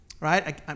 right